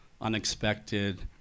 unexpected